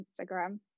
Instagram